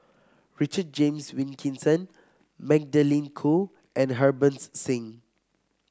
Richard James Wilkinson Magdalene Khoo and Harbans Singh